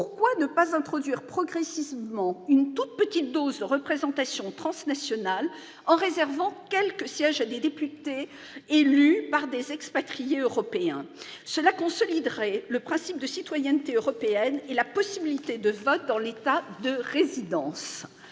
pourquoi ne pas introduire progressivement une toute petite dose de représentation transnationale, en réservant quelques sièges à des députés élus par des expatriés européens ? Cela consoliderait le principe de citoyenneté européenne et la possibilité de vote dans l'État de résidence.